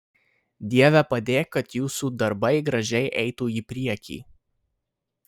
dieve padėk kad jūsų darbai gražiai eitų į priekį